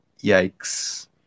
yikes